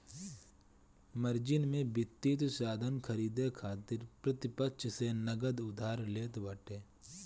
margin में वित्तीय साधन खरीदे खातिर प्रतिपक्ष से नगद उधार लेत बाटे